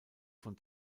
von